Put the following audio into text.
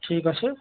ঠিক আছে